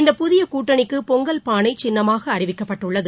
இந்த புதியகூட்டணிக்குபொங்கல் பானைசின்னமாகஅறிவிக்கப்பட்டுள்ளது